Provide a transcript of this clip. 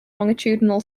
longitudinal